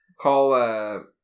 Call